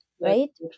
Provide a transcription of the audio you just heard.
Right